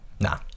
Nah